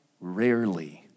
rarely